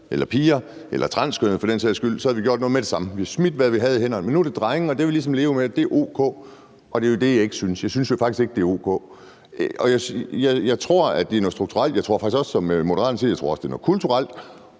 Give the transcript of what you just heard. eller piger eller transkønnede for den sags skyld, havde vi gjort noget med det samme – så havde vi smidt, hvad vi havde i hænderne. Men nu er det drenge. Vi må ligesom leve med, at det er o.k., og det er jo det, jeg ikke synes. Jeg synes faktisk ikke, det er o.k. Jeg tror, det er noget strukturelt, og jeg tror også, som Moderaterne siger, at det er noget kulturelt.